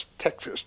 Texas